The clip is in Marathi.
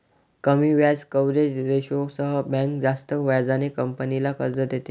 कमी व्याज कव्हरेज रेशोसह बँक जास्त व्याजाने कंपनीला कर्ज देते